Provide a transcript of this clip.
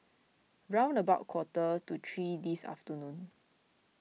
round about quarter to three this afternoon